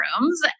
rooms